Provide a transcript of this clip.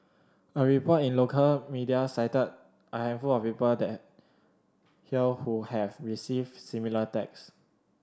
a report in local media cited a handful of people there here who have received similar text